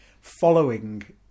following